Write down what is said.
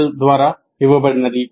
al ద్వారా ఇవ్వబడింది